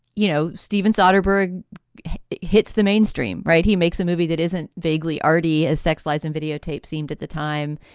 you know, steven soderbergh hits the mainstream, right. he makes a movie that isn't vaguely arty as sex, lies and videotape seemed at the time.